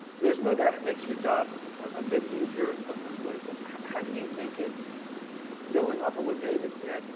there's no doubt it makes your job a bit easier in some of those ways, but how do you think it building off of what david said,